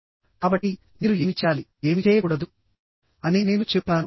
కాబట్టిమీరు ఏమి చేయాలి ఏమి చేయకూడదు అని నేను చెప్పాను